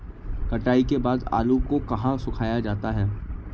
कटाई के बाद आलू को कहाँ सुखाया जाता है?